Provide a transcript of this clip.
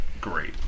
great